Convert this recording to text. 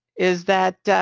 is that